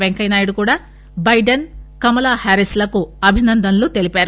పెంకయ్యనాయుడు కూడా బైడెన్ కమలా హారీస్లకు అభినందనలు తెలిపారు